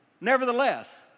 Nevertheless